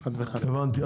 הבנתי.